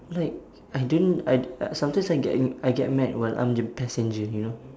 like I don't I d~ I sometimes I get I get mad while I'm the passenger you know